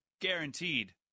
Guaranteed